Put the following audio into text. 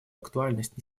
актуальность